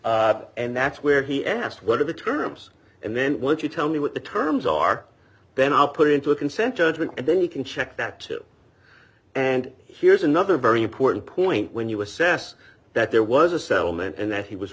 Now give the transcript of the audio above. long and that's where he asked what are the terms and then once you tell me what the terms are then i'll put it into a consent judgment and then you can check that and here's another very important point when you assess that there was a settlement and that he was